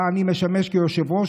שבה אני משמש יושב-ראש,